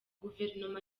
guverinoma